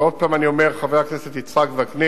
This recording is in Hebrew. ועוד פעם אני אומר, חבר הכנסת יצחק וקנין,